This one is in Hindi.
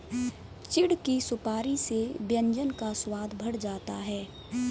चिढ़ की सुपारी से व्यंजन का स्वाद बढ़ जाता है